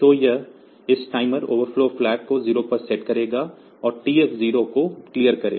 तो यह इस टाइमर ओवरफ्लो फ्लैग को 0 पर सेट करेगा और TF0 को क्लियर करेगा